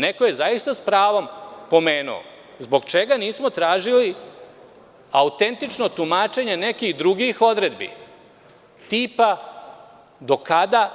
Neko je zaista s pravom pomenuo, zbog čega nismo tražili autentično tumačenje nekih drugih odredbi, tipa do kada